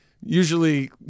usually